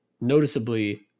noticeably